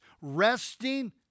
resting